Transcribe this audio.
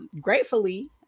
gratefully